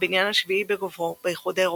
הבניין השביעי בגובהו באיחוד האירופאי.